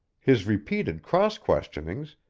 his repeated cross-questionings,